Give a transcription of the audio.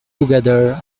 together